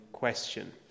question